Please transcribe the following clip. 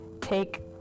take